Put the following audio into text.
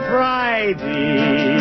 Friday